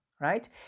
right